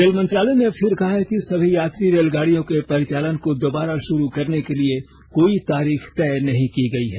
rail मंत्रालय ने फिर कहा है कि सभी यात्री रेलगाड़ियों के परिचालन को दोबारा शुरू करने के लिए कोई तारीख तय नहीं की गई है